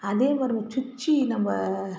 அதே மாதிரி நம்ம சுட்ச்சை நம்ம